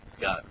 go